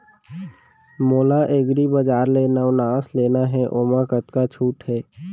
मोला एग्रीबजार ले नवनास लेना हे ओमा कतका छूट हे?